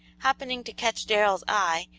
happening to catch darrell's eye,